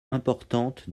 importante